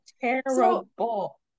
terrible